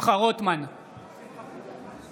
אינו נוכח עידן